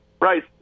right